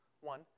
One